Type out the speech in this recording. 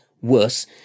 worse